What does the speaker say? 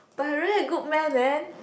but you're really a good man man